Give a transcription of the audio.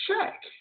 check